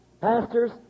pastors